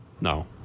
No